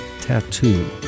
Tattoo